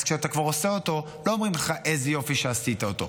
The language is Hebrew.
אז כשאתה כבר עושה אותו לא אומרים לך: איזה יופי שעשית אותו,